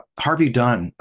harvey dunn.